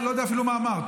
אני לא יודע אפילו מה אמרת.